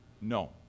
No